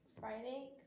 Friday